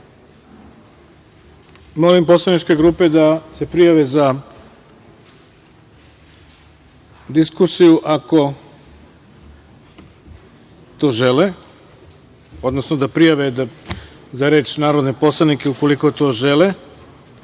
poslaničke grupe da se prijave za diskusiju, ako to žele, odnosno da prijave za reč narodne poslanike ukoliko to